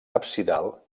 absidal